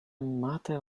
matter